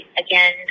Again